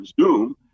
Zoom